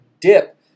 dip